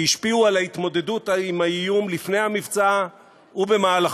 שהשפיעו על ההתמודדות עם האיום לפני המבצע ובמהלכו".